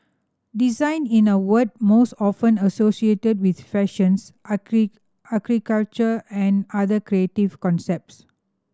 design in a word most often associated with fashions architecture and other creative concepts